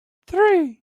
three